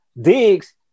Diggs